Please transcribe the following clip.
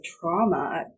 trauma